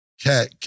Cat